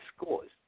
scores